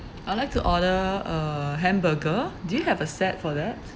I'd like to order a hamburger do you have a set for that